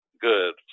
good